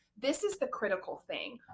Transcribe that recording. this is the critical thing.